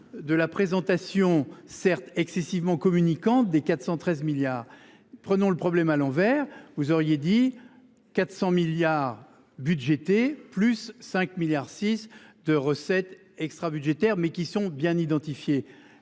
de la présentation certes excessivement communiquant des 413 milliards. Prenons le problème à l'envers, vous auriez dit 400 milliards budgétés, plus 5 milliards 6 de recettes extra-budgétaires, mais qui sont bien identifiés